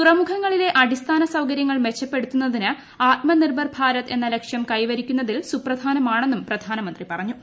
തുറമുഖങ്ങളിലെ അടിസ്ഥാന സൌകര്യങ്ങൾ മെച്ചപ്പെടുത്തു ന്നത് ആത്മനിർഭർ ഭാരത് എന്ന ലക്ഷ്യം കൈവരിക്കുന്നതിൽ സുപ്രധാനമാണെന്നും പ്രധാനമന്ത്രി പറഞ്ഞു